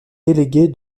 déléguée